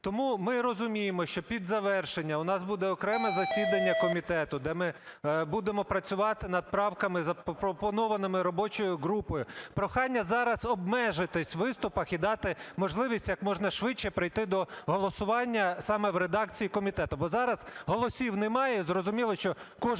Тому ми розуміємо, що під завершення у нас буде окреме засідання комітету, де ми будемо працювати над правками, запропонованими робочої групи. Прохання зараз обмежитись в виступах і дати можливість як можна швидше прийти до голосування саме в редакції комітету. Бо зараз голосів немає, зрозуміло, що кожен,